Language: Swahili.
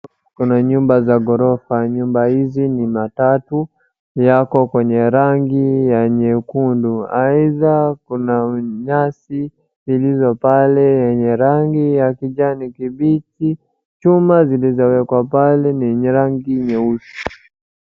Kuna nyumba za ghorofa. Nyumba hizi ni matatu yako kwenye rangi ya nyekundu aidha kuna nyasi zilizopale yenye rangi ya kijani kibichi. Chuma zilizowekwa pale ni yenye rangi nyeusi.